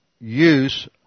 use